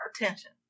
attention